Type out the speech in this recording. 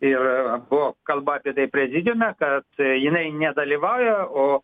ir buvo kalba apie tai prezidiume kad jinai nedalyvauja o